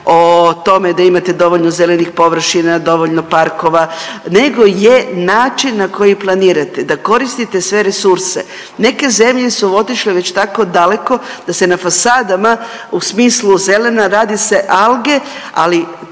o tome da imate dovoljno zelenih površina, dovoljno parkova nego je način na koji planirate da koristite sve resurse. Neke zemlje su otišle već tako daleko da se na fasadama u smislu zelena radi se alge, ali